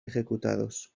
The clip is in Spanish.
ejecutados